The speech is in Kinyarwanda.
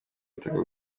butaka